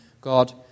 God